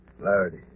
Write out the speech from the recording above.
Clarity